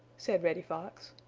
said reddy fox.